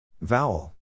Vowel